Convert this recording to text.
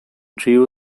drew